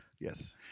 Yes